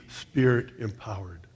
Spirit-empowered